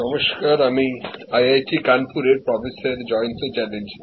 নমস্কার আমি আইআইটি কানপুরের প্রফেসর জয়ন্ত চ্যাটার্জী